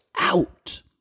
out